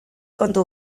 kontu